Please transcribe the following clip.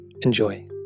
Enjoy